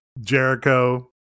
Jericho